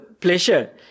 pleasure